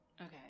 Okay